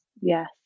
Yes